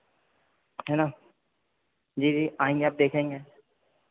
हैं ना जी जी आएंगे आप देखेंगे